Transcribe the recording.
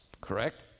correct